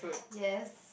yes